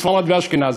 ספרד ואשכנז,